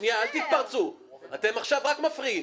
שנייה, אל תתפרצו, אתם עכשיו רק מפריעים.